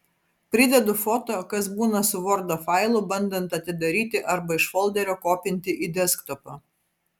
pridedu foto kas būna su vordo failu bandant atidaryti arba iš folderio kopinti į desktopą